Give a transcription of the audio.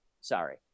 Sorry